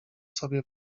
sobie